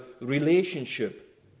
relationship